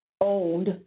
owned